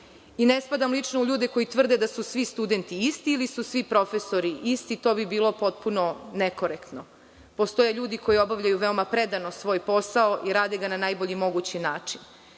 spadam lično u ljude koji tvrde da su svi studenti isti ili da su svi profesori isti. To bi bilo potpuno nekorektno. Postoje ljudi koji obavljaju veoma predano svoj posao i rade ga na najbolji mogući način.